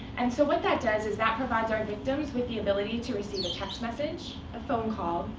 and so what that does is, that provides our victims with the ability to receive a text message, a phone call,